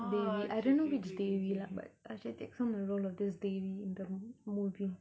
T_V I don't know which T_V lah but ya she takes on the role of this T_V in the movie